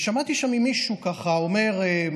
ושמעתי שם מישהו ככה אומר,